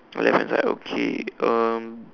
oh left hand side okay um